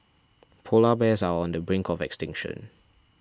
Polar Bears are on the brink of extinction